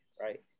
Right